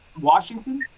washington